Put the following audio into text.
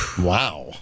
Wow